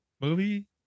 movie